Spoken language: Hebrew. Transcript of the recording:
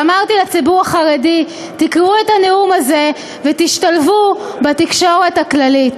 ואמרתי לציבור החרדי: תקראו את הנאום הזה ותשתלבו בתקשורת הכללית.